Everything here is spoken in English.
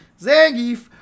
Zangief